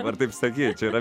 dabar taip sakyti čia yra